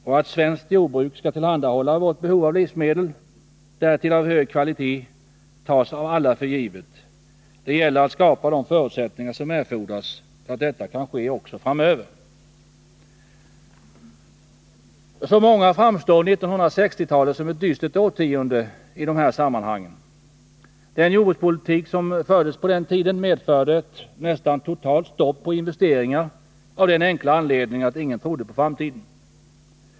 Att svenskt jordbruk skall tillhandahålla vårt behov av livsmedel — därtill av hög kvalitet —-tas av alla för givet. Det gäller att skapa de förutsättningar som erfordras för att detta skall kunna ske också framöver. För många framstår 1960-talet som ett dystert årtionde i dessa sammanhang. Den jordbrukspolitik som fördes på den tiden medförde ett nästan totalt stopp på investeringar av den enkla anledningen att ingen trodde på framtiden.